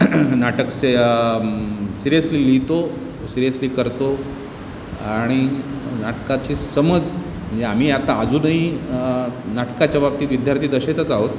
नाटक से सिरीयसली लिहितो सिरीयसली करतो आणि नाटकाची समज म्हणजे आम्ही आता अजूनही नाटकाच्या बाबतीत विद्यार्थी दशेतच आहोत